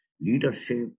leadership